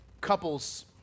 couples